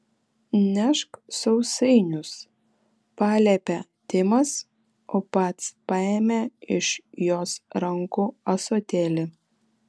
nešk sausainius paliepė timas o pats paėmė iš jos rankų ąsotėlį